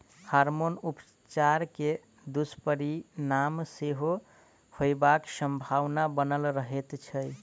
hormone उपचार के दुष्परिणाम सेहो होयबाक संभावना बनल रहैत छै